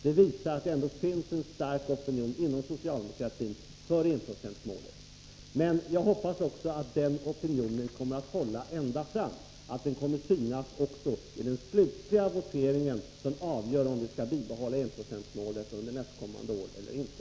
Det visar att det ändå finns en stark opinion inom socialdemokratin för enprocentsmålet. Jag hoppas att den opinionen kommer att hålla ända fram, att den skall komma till synes även i den slutliga voteringen, som avgör om vi skall bibehålla enprocentsmålet under nästkommande år eller inte.